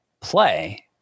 play